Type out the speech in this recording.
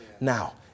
Now